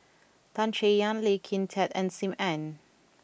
Tan Chay Yan Lee Kin Tat and Sim Ann